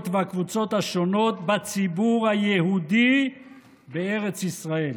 והקבוצות השונות בציבור היהודי בארץ ישראל.